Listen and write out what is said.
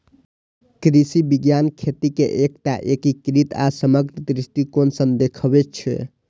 कृषि विज्ञान खेती कें एकटा एकीकृत आ समग्र दृष्टिकोण सं देखै छै